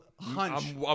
hunch